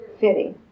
fitting